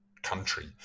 country